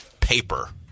Paper